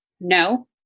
No